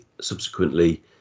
subsequently